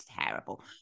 terrible